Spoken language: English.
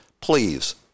please